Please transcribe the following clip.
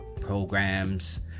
programs